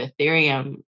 Ethereum